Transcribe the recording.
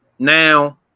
now